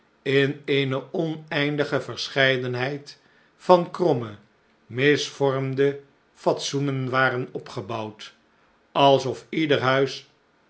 in eene oneindige verscheidenheid van kromme misvormde fatsoenen waren opgebouwd alsof ieder huis